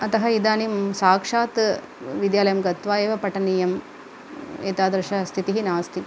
अतः इदानीं साक्षात् व् विद्यालयं गत्वा एव पठनीयम् एतादृशस्थितिः नास्ति